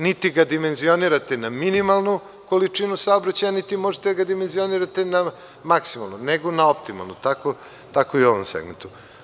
Niti ga dimenzionirate na minimalnu količinu saobraćaja, niti možete da ga dimenzionirate na maksimalnu, nego na optimalnu, tako i u ovom segmentu.